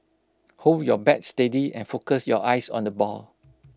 hold your bat steady and focus your eyes on the ball